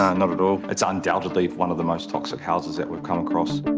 ah not at all. it's undoubtedly one of the most toxic houses that we've come across.